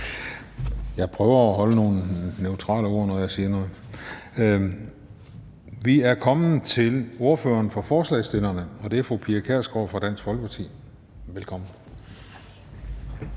Jeg prøver at holde mig til nogle neutrale ord, når jeg siger noget. Vi er kommet til ordføreren for forslagsstillerne, og det er fru Pia Kjærsgaard fra Dansk Folkeparti. Velkommen.